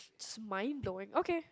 it's mind blowing okay